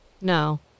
No